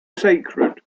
sacred